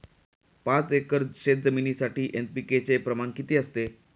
पाच एकर शेतजमिनीसाठी एन.पी.के चे प्रमाण किती असते?